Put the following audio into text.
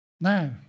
Now